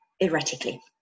erratically